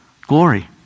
glory